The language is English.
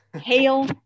hail